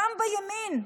גם בימין.